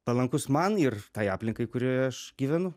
palankus man ir tai aplinkai kurioje aš gyvenu